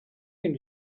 been